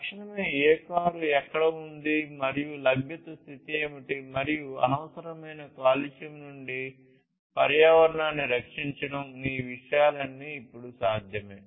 తక్షణమే ఏ కారు ఎక్కడ ఉంది మరియు లభ్యత స్థితి ఏమిటి మరియు అనవసరమైన కాలుష్యం నుండి పర్యావరణాన్ని రక్షించడం ఈ విషయాలన్నీ ఇప్పుడు సాధ్యమే